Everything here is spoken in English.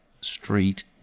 Street